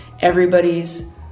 everybody's